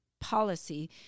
policy